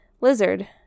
Lizard